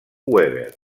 weber